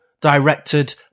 directed